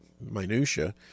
minutiae